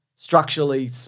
structurally